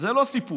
זה לא סיפוח,